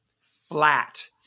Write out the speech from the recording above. flat